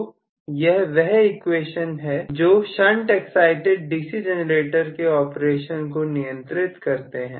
तो यह वह इक्वेश्चन है जो शंट एक्सिटेड डीसी जनरेटर के ऑपरेशन को नियंत्रित करते हैं